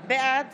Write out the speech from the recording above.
בעד